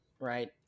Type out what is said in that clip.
right